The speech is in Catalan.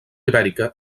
ibèrica